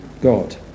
God